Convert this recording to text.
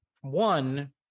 One